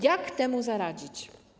Jak temu zaradzić?